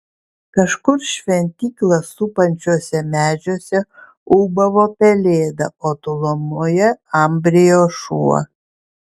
kažkur šventyklą supančiuose medžiuose ūbavo pelėda o tolumoje ambrijo šuo